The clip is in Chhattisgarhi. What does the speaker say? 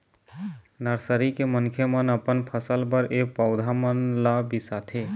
नरसरी के मनखे मन अपन फसल बर ए पउधा मन ल बिसाथे